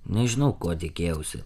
nežinau ko tikėjausi